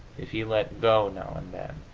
if he let go now and then,